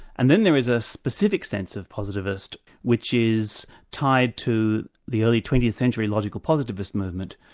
and then there is a specific sense of positivist which is tied to the early twentieth century logical positivist movement,